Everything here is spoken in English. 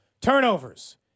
Turnovers